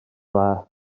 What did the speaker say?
dda